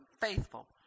faithful